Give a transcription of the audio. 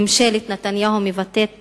ממשלת נתניהו מבטאת